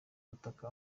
butaka